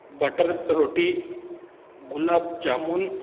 butter रोटी गुलाब जामून